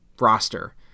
roster